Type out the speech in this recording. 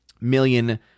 million